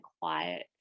quiet